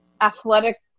athletic